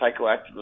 psychoactive